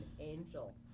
angel